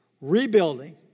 Rebuilding